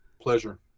pleasure